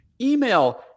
Email